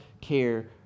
care